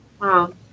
Wow